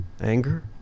anger